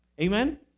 Amen